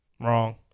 wrong